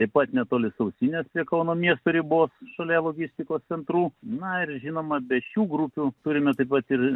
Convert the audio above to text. taip pat netoli sausinės prie kauno miesto ribos šalia logistikos centrų na ir žinoma be šių grupių turime taip pat ir